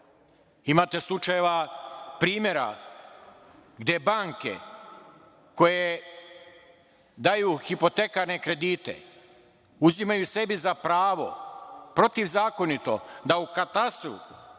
Imate slučajeva, primera gde banke koje daju hipotekarne kredite uzimaju sebi za pravo, protivzakonito, da u katastru